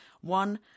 One